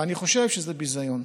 ואני חושב שזה ביזיון.